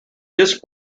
disc